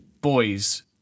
boys